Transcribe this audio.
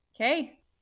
Okay